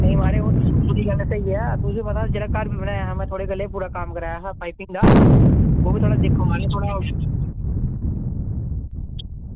ते नेईं म्हाराज ओह् गल्ल स्हेई ऐ में जेल्लै घर बनाया हा ते थुआढ़े कोला गै कम्म कराया हा ओह्बी म्हाराज दिक्खो थोह्ड़ा